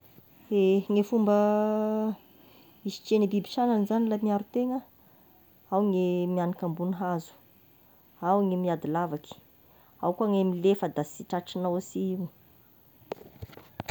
Ehe ny fomba hisitrihan'ny biby sagnany zagny la miharotegna, ao ny mihanika ambony hazo, ao ny miady lavaky, ao koa ny milefa da sy tratragnao a sy io.